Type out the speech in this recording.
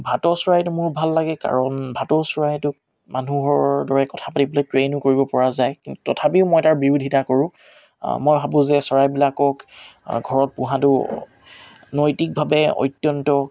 ভাটৌ চৰাইটো মোৰ ভাল লাগে কাৰণ ভাটৌ চৰাইটোক মানুহৰ দৰে কথা পাতিবলৈ ট্ৰেইনো কৰিব পৰা যায় কিন্তু তথাপিও মই তাৰ বিৰোধিতা কৰোঁ মই ভাবোঁ যে চৰাইবিলাকক ঘৰত পোহাটো নৈতিকভাৱে অত্যন্ত